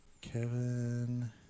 Kevin